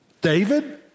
David